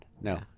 No